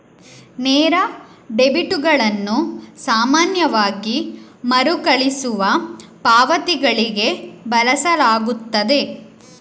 ನೇರ ಡೆಬಿಟುಗಳನ್ನು ಸಾಮಾನ್ಯವಾಗಿ ಮರುಕಳಿಸುವ ಪಾವತಿಗಳಿಗೆ ಬಳಸಲಾಗುತ್ತದೆ